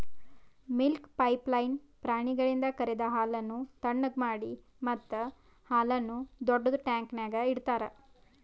milk pipeline ಪ್ರಾಣಿಗಳಿಂದ ಕರೆದ ಹಾಲನ್ನು ಥಣ್ಣಗ್ ಮಾಡಿ ಮತ್ತ ಹಾಲನ್ನು ದೊಡ್ಡುದ ಟ್ಯಾಂಕ್ನ್ಯಾಗ್ ಇಡ್ತಾರ